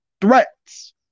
threats